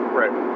right